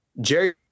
Jerry